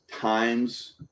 Times